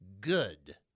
good